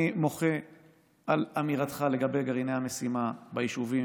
אני מוחה על אמירתך לגבי גרעיני המשימה ביישובים,